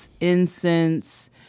incense